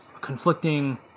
conflicting